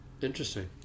Interesting